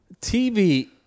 tv